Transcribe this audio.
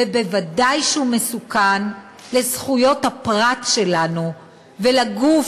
וודאי שהוא מסוכן לזכויות הפרט שלנו ולגוף